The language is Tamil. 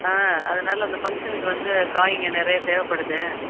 ஆ அதனால் அந்த ஃபங்க்ஷனுக்கு வந்து காய்ங்க நிறைய தேவைப்படுது